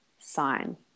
sign